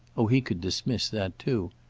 oh he could dismiss that too!